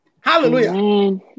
Hallelujah